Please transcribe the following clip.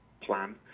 plan